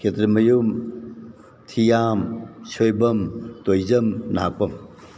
Khetrimayum Thiyam Soibam Toijam Nahakpam